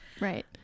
right